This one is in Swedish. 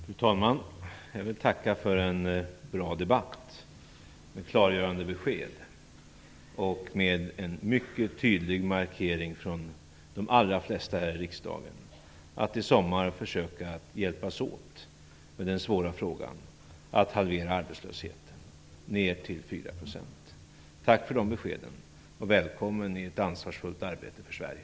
Fru talman! Jag vill tacka för en bra debatt, med klargörande besked och med en mycket tydlig markering från de allra flesta här i riksdagen om att vi i sommar skall försöka hjälpas åt med den svåra uppgiften att halvera arbetslösheten, ned till 4 %. Tack för de beskeden och välkomna i ett ansvarsfullt arbete för Sverige.